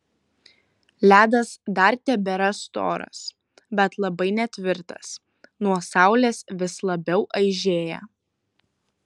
ledas dar tebėra storas bet labai netvirtas nuo saulės vis labiau aižėja